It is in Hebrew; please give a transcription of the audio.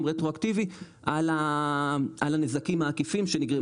רטרואקטיבי על הנזקים העקיפים שנגרמו.